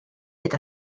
hyd